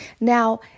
Now